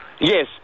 Yes